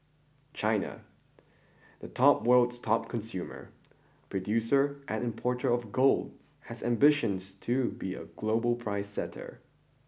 China the top world's top consumer producer and importer of gold has ambitions to be a global price setter